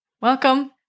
Welcome